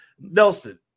Nelson